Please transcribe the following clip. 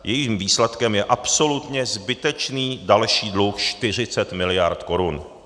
Jejím výsledkem je absolutně zbytečně další dluh 40 mld. korun.